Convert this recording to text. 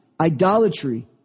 idolatry